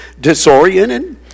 disoriented